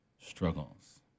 struggles